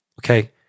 okay